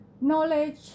knowledge